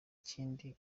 kindi